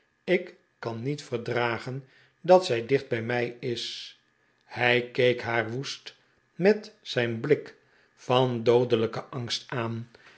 ik kan niet verdragen dat zij dicht bij mij is hijkeek haar woest met een blik van doodelijkenangst aan